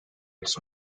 its